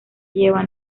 lleva